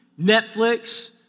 Netflix